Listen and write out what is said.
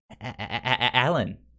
Alan